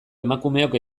emakumeok